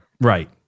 Right